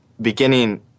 beginning